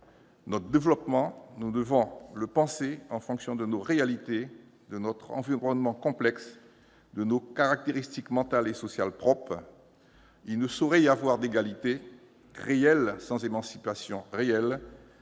notre développement en fonction de nos réalités, de notre environnement complexe, de nos caractéristiques mentales et sociales propres. Il ne saurait y avoir d'égalité réelle sans émancipation réelle,